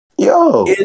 Yo